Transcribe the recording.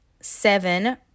Seven